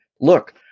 look